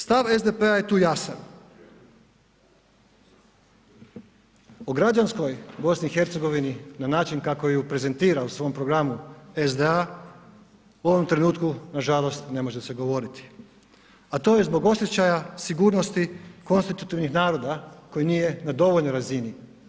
Stav SDP-a je tu jasan o građanskoj BiH na način kako ju prezentira u svom programu SDA u ovom trenutku nažalost ne može se govoriti, a to je zbog osjećaja sigurnosti konstitutivnih naroda koji nije na dovoljnoj razini.